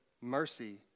mercy